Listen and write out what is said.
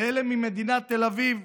לאלה ממדינת תל אביב,